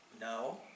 No